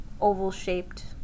oval-shaped